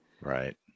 Right